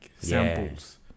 samples